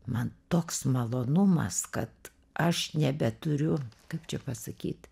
man toks malonumas kad aš nebeturiu kaip čia pasakyt